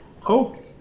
Cool